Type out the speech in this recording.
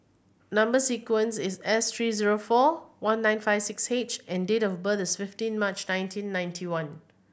number sequence is S three zero four one nine five six H and date of birth is fifteen March nineteen ninety one